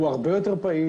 הוא הרבה יותר פעיל.